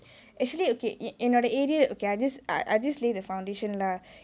actually okay in our area I just I just lay the foundation lah